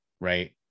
right